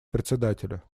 председателя